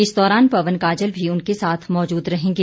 इस दौरान पवन काजल भी उनके साथ मौजूद रहेंगे